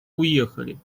уехали